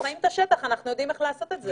חיים את השטח ואנחנו יודעים לעשות את המתווה.